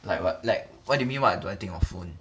like what like what do you mean what do I think of phone